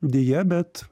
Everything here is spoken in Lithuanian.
deja bet